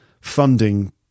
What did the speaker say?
funding